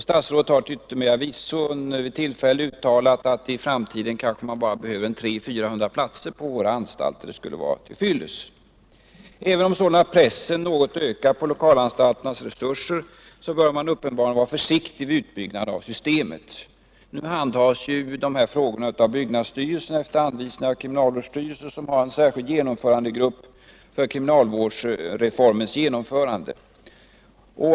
Statsrådet har till yttermera visso vid något tillfälle uttalat att i framtiden kanske 300-400 platser på våra anstalter skulle vara till fyllest. Även om sålunda pressen på lokalanstalternas resurser något har ökat bör man uppenbarligen vara försiktig med utbyggnad av systemet. Nu handhas dessa frågor av byggnadsstyrelsen efter anvisning av kriminalvårdsstyrelsen, som har en särskild grupp för kriminalvårdsreformens genomförande.